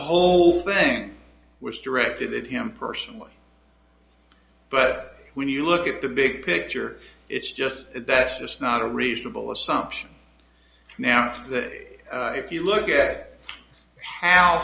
whole thing was directed at him personally but when you look at the big picture it's just that's just not a reasonable assumption now that if you look at how